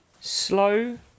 slow